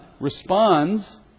responds